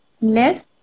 less